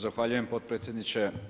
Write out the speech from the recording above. Zahvaljujem potpredsjedniče.